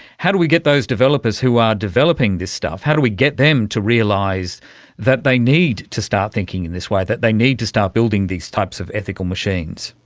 how do we get those developers who are developing this stuff, how do we get them to realise that they need to start thinking in this way, that they need to start building these types of ethical machines?